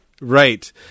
Right